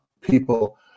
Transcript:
people